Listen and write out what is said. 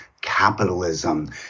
capitalism